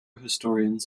historians